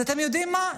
אז אתם יודעים מה?